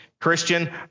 Christian